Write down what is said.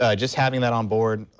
ah just having that on board,